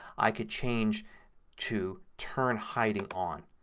i can change to turn hiding on.